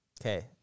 okay